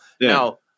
Now